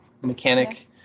mechanic